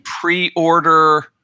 pre-order